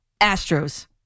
Astros